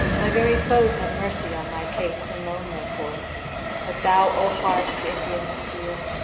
my very foes have mercy on my case and moan therefor but thou, o heart of indian steel,